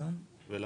אני